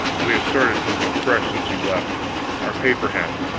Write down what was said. we have started something fresh since you left our paper has.